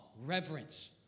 reverence